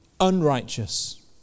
Unrighteous